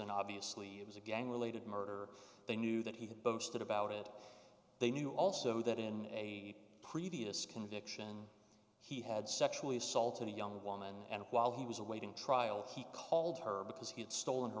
dickerson obviously it was a gang related murder they knew that he had boasted about it they knew also that in a previous conviction he had sexually assaulted a young woman and while he was awaiting trial he called her because he had stolen her